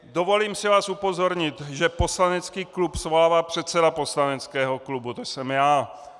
Dovolím si vás upozornit, že poslanecký klub svolává předseda poslaneckého klubu, to jsem já.